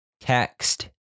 text